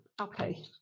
Okay